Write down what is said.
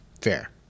Fair